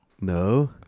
No